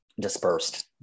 dispersed